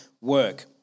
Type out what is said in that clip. work